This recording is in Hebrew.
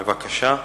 בבקשה.